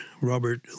Robert